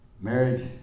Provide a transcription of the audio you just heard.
Marriage